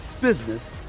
business